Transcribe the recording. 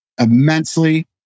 immensely